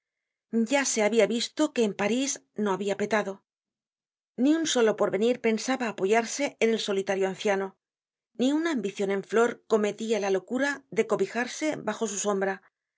ya se ha visto que en parís no habia petado ni un solo porvenir pensaba apoyarse en el solitario anciano ni una ambicion en flor cometia la locura de cobijarse bajo su sombra